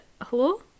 Hello